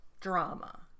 drama